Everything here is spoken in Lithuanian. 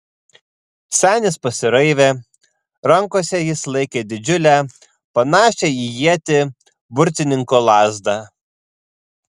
senis pasiraivė rankose jis laikė didžiulę panašią į ietį burtininko lazdą